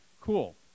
Cool